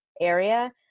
area